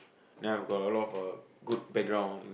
then I've got a lot of uh good background in